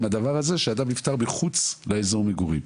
הדבר הזה כאשר אדם נפטר מחוץ לאזור מגורים.